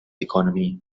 economy